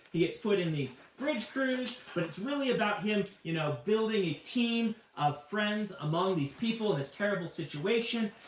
he gets put in these bridge crews. but it's really about him you know building a team of friends among these people in this terrible situation.